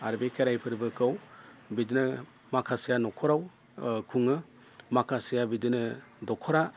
आरो बे खेराइ फोरबोखौ बिदिनो माखासेया न'खराव खुङो माखासेया बिदिनो दख'रा